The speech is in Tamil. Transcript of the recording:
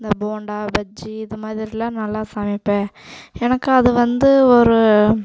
இந்த போண்டா பஜ்ஜி இதை மாதிரிலாம் நல்லா சமைப்பேன் எனக்கு அது வந்து ஒரு